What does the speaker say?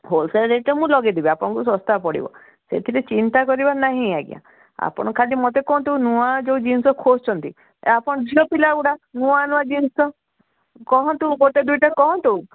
wholesale rate ତ ମୁଁ ଲଗାଇଦେବି ଆପଣଙ୍କୁ ଶସ୍ତା ପଡ଼ିବ ସେଥିରେ ଚିନ୍ତା କରିବା ନାହିଁ ଆଜ୍ଞା ଆପଣ ଖାଲି ମୋତେ କୁହନ୍ତୁ ନୂଆ ଯେଉଁ ଜିନିଷ ଖୋଜୁଛନ୍ତି ଆପଣ ଝିଅ ପିଲା ଗୁଡ଼ା ନୂଆ ନୂଆ ଜିନିଷ କହନ୍ତୁ ଗୋଟେ ଦୁଇଟା କହନ୍ତୁ